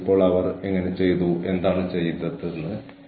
നിങ്ങളിൽ പലർക്കും ഇത് ബന്ധപ്പെടുത്താൻ കഴിയുന്നില്ലെങ്കിൽ ക്ഷമിക്കണം